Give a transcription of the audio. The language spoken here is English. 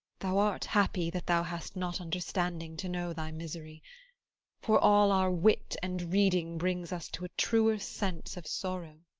thou art happy that thou hast not understanding to know thy misery for all our wit and reading brings us to a truer sense of sorrow